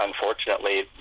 unfortunately